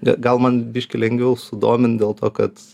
ne gal man biškį lengviau sudomint dėl to kad